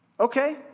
Okay